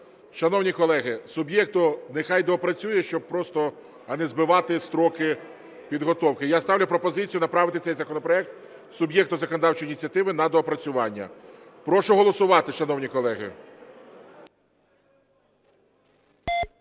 Шановні колеги, суб'єкту, нехай доопрацює, щоб просто, а не збивати строки підготовки. Я ставлю пропозицію направити цей законопроект суб'єкту законодавчої ініціативи на доопрацювання. Прошу голосувати, шановні колеги.